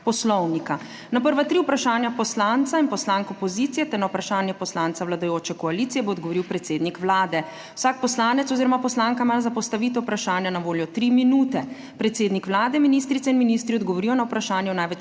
Poslovnika. Na prva tri vprašanja poslanca in poslank opozicije ter na vprašanje poslanca vladajoče koalicije bo odgovoril predsednik Vlade. Vsak poslanec oziroma poslanka ima za postavitev vprašanja na voljo tri minute. Predsednik Vlade, ministrice in ministri odgovorijo na vprašanje v največ